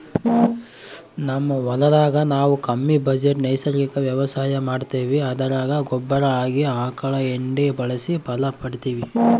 ನಮ್ ಹೊಲದಾಗ ನಾವು ಕಮ್ಮಿ ಬಜೆಟ್ ನೈಸರ್ಗಿಕ ವ್ಯವಸಾಯ ಮಾಡ್ತೀವಿ ಅದರಾಗ ಗೊಬ್ಬರ ಆಗಿ ಆಕಳ ಎಂಡೆ ಬಳಸಿ ಫಲ ಪಡಿತಿವಿ